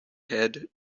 had